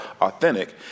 authentic